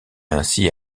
ainsi